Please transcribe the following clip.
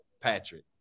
Patrick